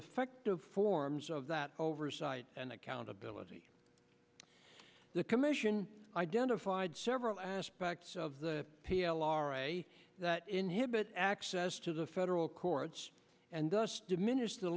effective forms of that oversight and accountability the commission identified several aspects of the p l r a that inhibit access to the federal courts and thus diminished the